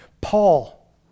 Paul